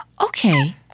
Okay